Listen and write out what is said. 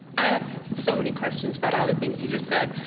i have so many questions about all the things you just said.